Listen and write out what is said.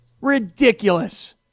Ridiculous